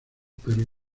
pero